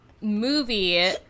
movie